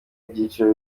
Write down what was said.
byiciro